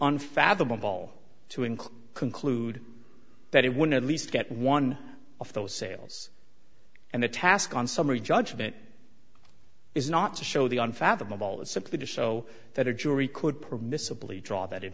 unfathomable to include conclude that it would at least get one of those sales and the task on summary judgment is not to show the unfathomable is simply to show that a jury could permissibly draw that